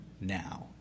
now